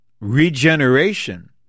regeneration